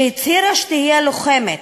שהצהירה שהיא לוחמת,